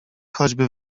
choćby